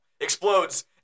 Explodes